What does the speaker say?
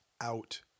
out